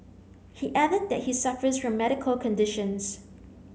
he added that he suffers from medical conditions